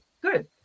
good